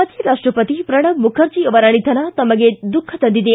ಮಾಜಿ ರಾಷ್ಟಪತಿ ಪ್ರಣಬ್ ಮುಖರ್ಜಿ ಅವರ ನಿಧನ ತಮಗೆ ದುಃಖ ತಂದಿದೆ